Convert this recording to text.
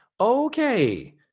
Okay